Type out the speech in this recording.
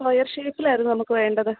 square ഷേയ്പ്പിലായിരുന്നു നമുക്ക് വേണ്ടത്